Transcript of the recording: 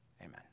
amen